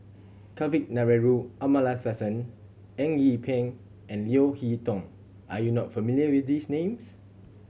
Kavignareru Amallathasan Eng Yee Peng and Leo Hee Tong are you not familiar with these names